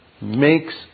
makes